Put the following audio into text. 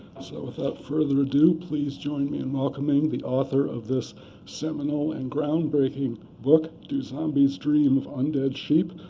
so without further ado, please join me in welcoming the author of this seminal and groundbreaking book, do zombies dream of undead sheep?